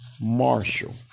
Marshall